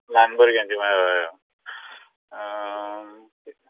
ल्हान भुरग्यांचे बीन होय होय